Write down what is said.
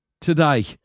today